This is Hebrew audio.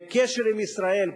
קשר עם ישראל,